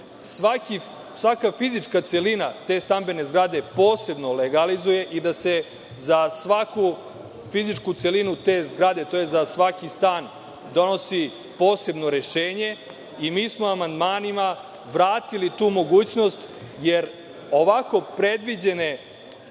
svaka fizička celina te stambene zgrade posebno legalizuje i da se za svaku fizičku celinu te zgrade, tj. za svaki stan donosi posebno rešenje. Mi smo amandmanima vratili tu mogućnost, jer ovako predviđene